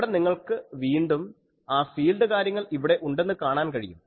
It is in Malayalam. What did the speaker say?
ഇവിടെ നിങ്ങൾക്ക് വീണ്ടും ആ ഫീൽഡ് കാര്യങ്ങൾ ഇവിടെ ഉണ്ടെന്ന് കാണാൻ കഴിയും